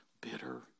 bitter